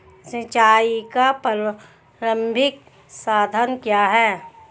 सिंचाई का प्रारंभिक साधन क्या है?